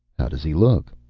how does he look?